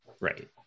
Right